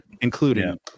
Including